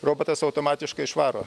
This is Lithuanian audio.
robotas automatiškai išvaro